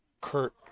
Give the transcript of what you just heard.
Kurt